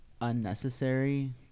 unnecessary